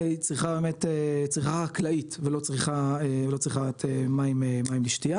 היא צריכה חקלאית ולא צריכת מים לשתייה